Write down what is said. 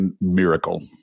miracle